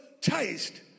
Taste